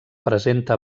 presenta